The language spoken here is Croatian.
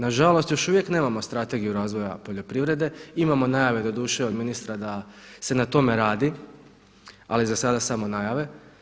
Na žalost još uvijek nemamo strategiju razvoja poljoprivrede, imamo najave doduše od ministra da se na tome radi, ali za sada samo najave.